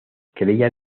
creía